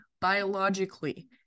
biologically